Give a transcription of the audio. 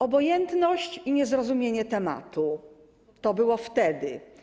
Obojętność i niezrozumienie tematu - to było wtedy.